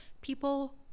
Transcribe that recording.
People